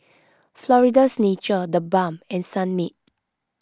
Florida's Natural the Balm and Sunmaid